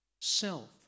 self